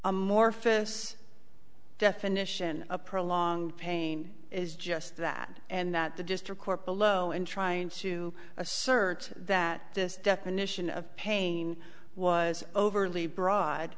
amorphous definition a prolonged pain is just that and that the district court below in trying to assert that this definition of pain was overly broad